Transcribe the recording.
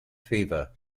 fever